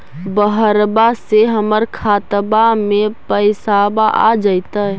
बहरबा से हमर खातबा में पैसाबा आ जैतय?